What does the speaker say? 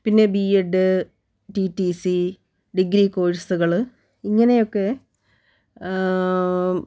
പിന്നെ BEd T T C degree കോഴ്സുകൾ ഇങ്ങനെയൊക്കെ